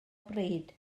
bryd